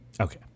Okay